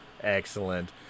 Excellent